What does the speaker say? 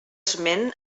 esment